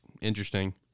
interesting